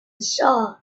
saw